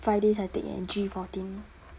fridays I take and G fourteen